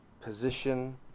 position